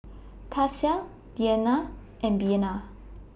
Tasia Dianna and Bena